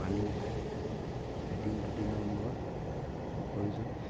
পানী এদিন দুদিনৰ মূৰত প্ৰয়োজন